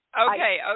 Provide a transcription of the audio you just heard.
okay